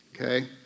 Okay